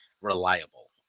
reliable